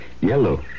Yellow